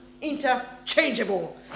Interchangeable